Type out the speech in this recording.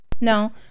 no